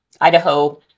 Idaho